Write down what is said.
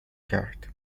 کرد